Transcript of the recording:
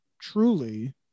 truly